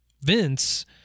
Vince